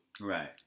Right